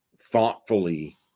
thoughtfully